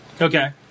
Okay